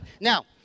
Now